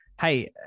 hey